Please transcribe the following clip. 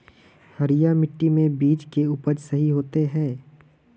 हरिया मिट्टी में बीज के उपज सही होते है?